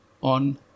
on